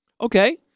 Okay